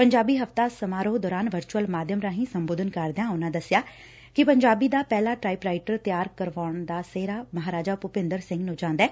ਪੰਜਾਬੀ ਹਫ਼ਤਾ ਸਮਾਰੋਹ ਦੌਰਾਨ ਵਰਚੂਅਲ ਮਾਧਿਅਮ ਰਾਹੀਂ ਸੰਬੋਧਨ ਕਰਦਿਆਂ ਉਨ੍ਹਾਂ ਦੱਸਿਆ ਕਿ ਪੰਜਾਬੀ ਦਾ ਪਹਿਲ ਟਾਈਪਰਾਈਟਰ ਤਿਆਰ ਕਰਵਾਉਣ ਦਾ ਸਿਹਰਾ ਮਹਾਰਾਜਾ ਭੁਪਿੰਦਰ ਸਿੰਘ ਨੂੰ ਜਾਦੈ